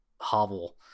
hovel